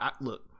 look